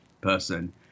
person